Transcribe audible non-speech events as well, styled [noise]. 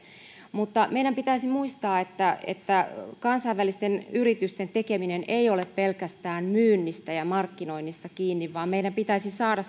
mutta meidän pitäisi muistaa että että kansainvälisten yritysten tekeminen ei ole pelkästään myynnistä ja markkinoinnista kiinni vaan meidän pitäisi saada [unintelligible]